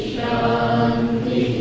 Shanti